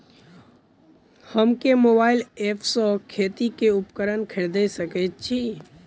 हम केँ mobile app सँ खेती केँ उपकरण खरीदै सकैत छी?